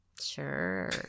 Sure